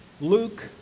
Luke